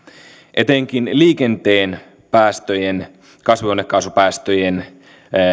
etenkin liikenteen päästöjen kasvihuonekaasupäästöjen